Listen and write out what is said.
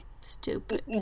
stupid